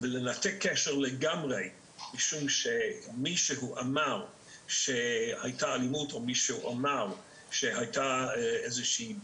לנתק קשר לגמרי משום שמישהו אמר שהייתה אלימות או בעיה כלשהי,